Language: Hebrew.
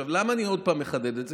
עכשיו, למה אני עוד פעם מחדד את זה?